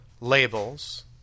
labels